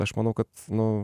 aš manau kad nu